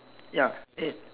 ya eight